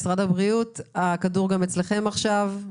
משרד הבריאות, הכדור אצלכם עכשיו.